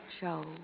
show